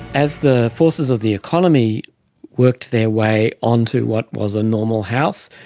as the forces of the economy worked their way onto what was a normal house,